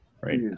Right